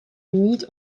niet